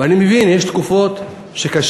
ואני מבין, יש תקופות שקשה,